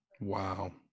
Wow